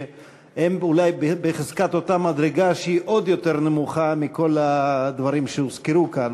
שהם אולי בחזקת אותה מדרגה שהיא עוד יותר נמוכה מכל הדברים שהוזכרו כאן.